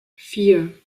vier